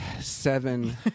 seven